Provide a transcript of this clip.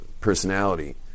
personality